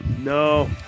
No